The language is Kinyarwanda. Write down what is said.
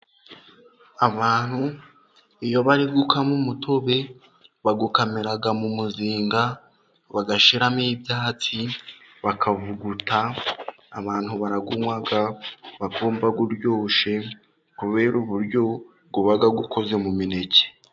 Abantu iyo bari gukama umutobe bawukamira mu muzinga bagashyiramo ibyatsi, bakavuguta abantu barawunywa bakumva uryoshye kubera uburyo uba ukoze mu mineke.